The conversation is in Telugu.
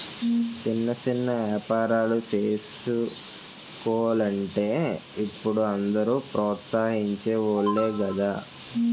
సిన్న సిన్న ఏపారాలు సేసుకోలంటే ఇప్పుడు అందరూ ప్రోత్సహించె వోలే గదా